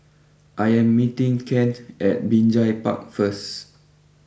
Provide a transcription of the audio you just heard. I am meeting Kent at Binjai Park first